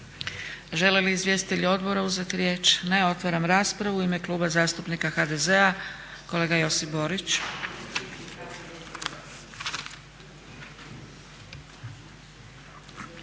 Žele li izvjestitelji odbora uzeti riječ? Ne. Otvaram raspravu. U ime Kluba zastupnika HDZ-a kolega Josip Borić.